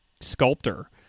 sculptor